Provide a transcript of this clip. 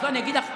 אז אני אגיד לך.